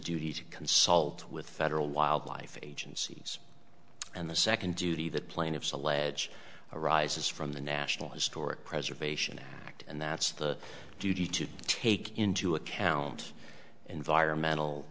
duty to consult with federal wildlife agencies and the second duty that plaintiffs allege arises from the national historic preservation act and that's the duty to take into account environmental